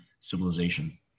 civilization